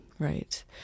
Right